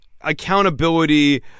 accountability